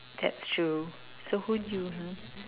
that's true so would you